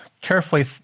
carefully